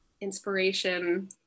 inspiration